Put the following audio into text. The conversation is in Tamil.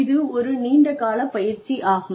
இது ஒரு நீண்ட கால பயிற்சி ஆகும்